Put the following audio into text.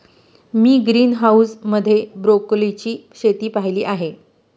मी greenhouse मध्ये ब्रोकोलीची शेती पाहीली आहे